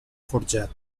forjat